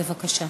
בבקשה.